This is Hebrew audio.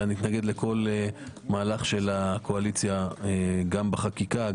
נתנגד לכל מהלך של האופוזיציה גם בחקיקה,